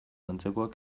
antzekoak